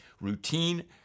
routine